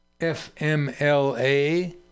FMLA